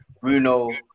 Bruno